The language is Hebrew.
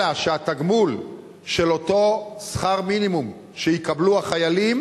אלא שהתגמול של אותו שכר מינימום שיקבלו החיילים